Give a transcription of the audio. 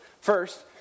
First